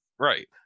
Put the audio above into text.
Right